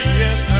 yes